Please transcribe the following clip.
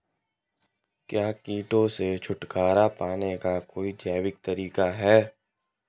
क्या कीटों से छुटकारा पाने का कोई जैविक तरीका है?